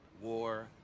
war